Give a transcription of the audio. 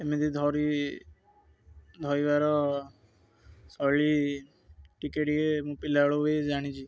ଏମିତି ଧରି ଧରିବାର ଶୈଳୀ ଟିକେ ଟିକେ ମୁଁ ପିଲାବେଳକୁ ବି ଜାଣିଛି